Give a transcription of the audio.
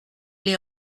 les